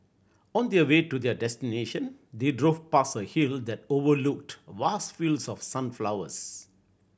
on their way to their destination they drove past a hill that overlooked vast fields of sunflowers